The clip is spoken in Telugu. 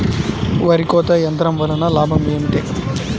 వరి కోత యంత్రం వలన లాభం ఏమిటి?